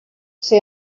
ser